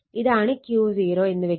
ഇതാണ് Q0 എന്ന് വെക്കുക